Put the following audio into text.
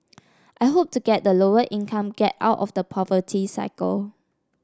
I hope to get the lower income get out of the poverty cycle